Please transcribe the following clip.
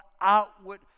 outward